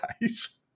guys